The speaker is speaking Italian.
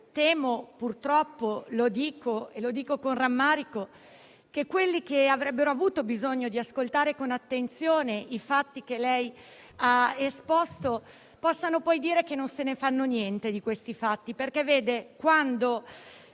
Temo purtroppo - lo dico con rammarico - che coloro che avrebbero avuto bisogno di ascoltare con attenzione i fatti che lei ha esposto possano poi dire che non se ne fanno niente di quei fatti. Quando